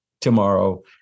tomorrow